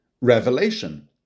REVELATION